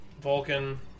Vulcan